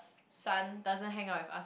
son doesn't hangout with us